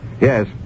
Yes